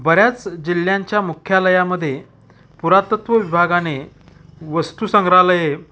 बऱ्याच जिल्ह्यांच्या मुख्यालयामध्ये पुरातत्व विभागाने वस्तू संग्रहालये